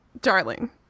Darling